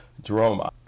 Jerome